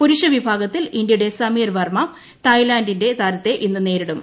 പുരുഷ വിഭാഗത്തിൽ ഇന്ത്യയുടെ സമീർ വർമ്മ തായ്ലന്റിന്റെ കാണ്ടഫോണിനെ നേരിടും